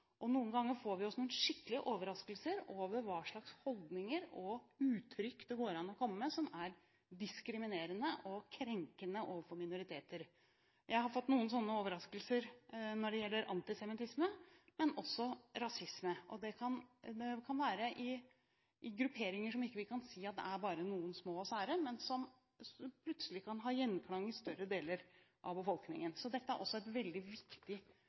Noen ganger får vi oss noen skikkelige overraskelser over hva slags holdninger og uttrykk det går an å komme med, som er diskriminerende og krenkende overfor minoriteter. Jeg har fått noen sånne overraskelser når det gjelder antisemittisme, men også rasisme. Det kan være i grupperinger som vi ikke kan si bare er noen små og sære. De kan plutselig ha gjenklang i store deler av befolkningen. Dette er også et veldig viktig